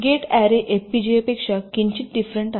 gate array FPGA पेक्षा किंचित different आहेत